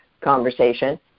conversation